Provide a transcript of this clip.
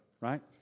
Right